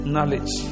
Knowledge